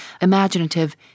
imaginative